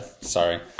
Sorry